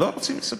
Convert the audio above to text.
לא רוצים לספר.